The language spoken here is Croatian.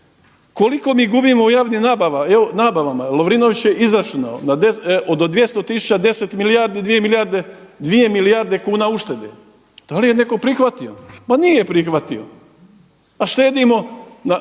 Koliko mi gubimo u javnim nabavama, evo Lovrinović je izračunao, od 200 tisuća 10 milijardi 2 milijarde kuna uštede. Da li je netko prihvatio? Ma nije prihvatio, a štedimo